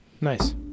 Nice